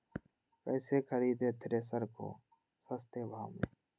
कैसे खरीदे थ्रेसर को सस्ते भाव में?